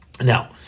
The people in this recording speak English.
Now